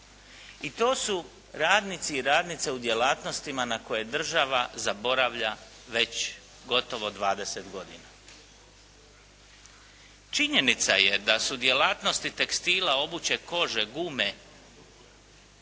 i to su radnici i radnice u djelatnostima na koje država zaboravlja već gotovo 20 godina. Činjenica je da su djelatnosti tekstila obuće, kože, gume